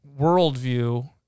worldview